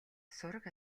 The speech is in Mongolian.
сураг